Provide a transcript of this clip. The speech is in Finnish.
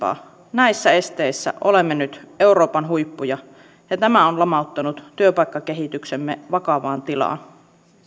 näissä esteissä olemme nyt euroopan huippuja ja tämä on lamauttanut työpaikkakehityksemme vakavaan tilaan